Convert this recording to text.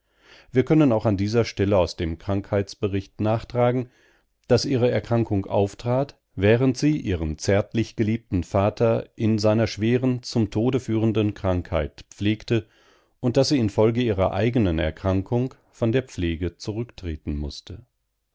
wir können auch an dieser stelle aus dem krankheitsbericht nachtragen daß ihre erkrankung auftrat während sie ihren zärtlich geliebten vater in seiner schweren zum tode führenden krankheit pflegte und daß sie infolge ihrer eigenen erkrankung von der pflege zurücktreten mußte